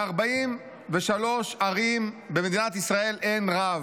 ב-43 ערים במדינת ישראל אין רב.